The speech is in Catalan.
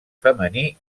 femení